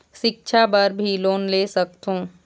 सिक्छा बर भी लोन ले सकथों?